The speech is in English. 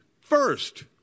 first